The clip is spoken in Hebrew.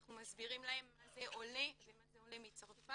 אנחנו מסבירים להם מה זה עולה ומה זה עולה מצרפת,